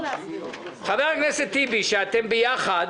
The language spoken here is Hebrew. חבר הכנסת טיבי שאתם ביחד